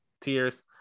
tiers